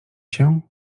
cię